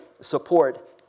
support